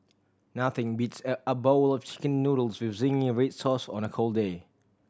nothing beats a bowl of Chicken Noodles with zingy red sauce on a cold day